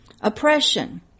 oppression